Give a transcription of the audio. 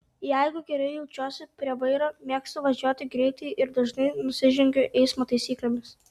jeigu gerai jaučiuosi prie vairo mėgstu važiuoti greitai ir dažnai nusižengiu eismo taisyklėms